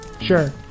Sure